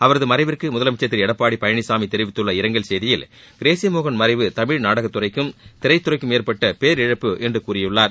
அவரது மறைவிற்கு முதலமைச்சர் திரு ளடப்பாடி பழனிசாமி தெரிவித்துள்ள இரங்கல் செய்தியில் கிரேஸி மோகன் மறைவு தமிழ் நடகத்துறைக்கும் திரைத்துறைக்கும் ஏற்பட்ட பேரிழப்பு என்று கூறியுள்ளார்